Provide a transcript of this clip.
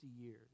years